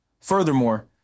Furthermore